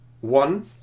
One